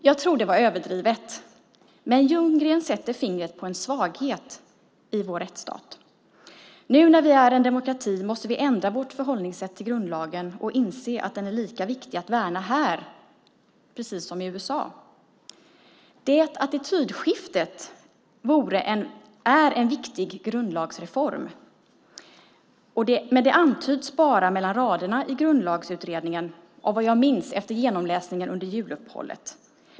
Jag tror att det var överdrivet, men Ljunggren sätter fingret på en svaghet i vår rättsstat. Nu när vi är en demokrati måste vi ändra vårt förhållningssätt till grundlagen och inse att den är lika viktig att värna här som i USA. Det attitydskiftet är en viktig grundlagsreform. Men det antyds bara mellan raderna i Grundlagsutredningen, som jag minns det efter genomläsningen under juluppehållet.